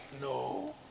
No